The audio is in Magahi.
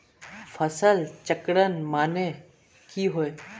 फसल चक्रण माने की होय?